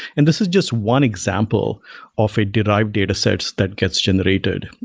and this is just one example of derived datasets that gets generated.